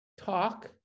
talk